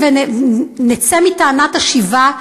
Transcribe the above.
נצא מטענת השיבה,